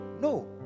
no